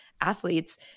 athletes